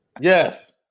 Yes